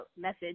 message